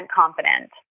confident